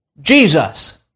Jesus